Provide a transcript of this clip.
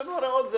השתנו ההוראות.